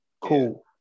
Cool